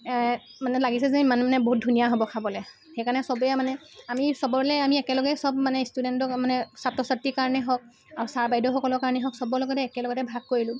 মানে লাগিছে যে ইমান মানে বহুত ধুনীয়া হ'ব খাবলৈ সেইকাৰণে চবেই মানে আমি চবলৈ আমি একেলগেই চব মানে ষ্টুডেণ্টক মানে ছাত্ৰ ছাত্ৰীৰ কাৰণে হওক আৰু ছাৰ বাইদেউসকলৰ কাৰণেই হওক চবৰ লগতে একেলগে ভাগ কৰিলোঁ